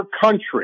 country